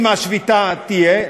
אם השביתה תהיה,